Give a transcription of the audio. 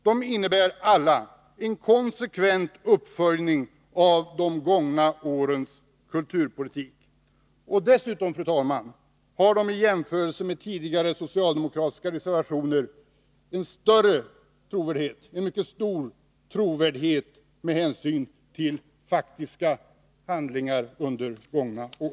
De innebär alla en konsekvent uppföljning av de gångna årens kulturpolitik, och dessutom, fru talman, har de, i jämförelse med tidigare socialdemokratiska reservationer, en mycket stor trovärdighet med hänsyn till faktiska handlingar under gångna år.